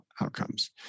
outcomes